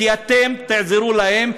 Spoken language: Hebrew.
כי אתם תעזרו להם.